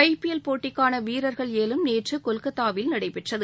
ஐ P L போட்டிக்கான வீரர்கள் ஏலம் நேற்று கொல்கத்தாவில் நடைபெற்றது